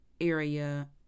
area